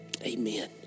Amen